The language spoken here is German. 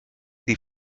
die